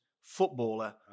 footballer